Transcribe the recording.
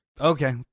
Okay